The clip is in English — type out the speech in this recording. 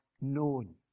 known